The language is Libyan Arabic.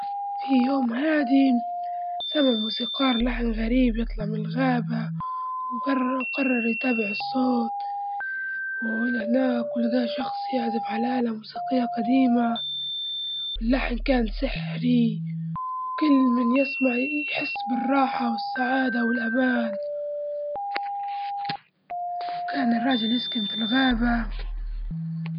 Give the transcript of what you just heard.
في يوم هادي، سمع موسيقار لحن غريب يطلع م الغابة، وقرر- وقرر يتابع الصوت، وهناك ولجي شخص يعزف على آلة موسيقية جديمة، واللحن كان سحري، وكل من يسمع يحس بالراحة والسعادة والأمان، وكان الراجل يسكن في الغابة.